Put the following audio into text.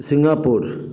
Singapore